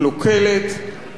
אנטי-חברתית,